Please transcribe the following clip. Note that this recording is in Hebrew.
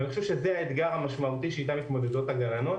ואני חושב שזה האתגר המשמעותי שאתו מתמודדות הגנות.